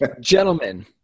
gentlemen